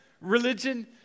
religion